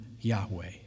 Yahweh